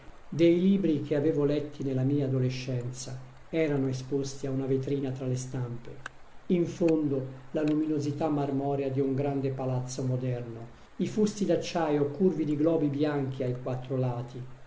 dei libri che avevo letti nella mia adolescenza erano esposti a una vetrina tra le stampe in fondo la luminosità marmorea di un grande palazzo moderno i fusti d'acciaio curvi di globi bianchi ai quattro lati